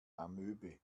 amöbe